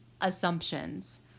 assumptions